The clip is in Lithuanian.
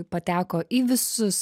pateko į visus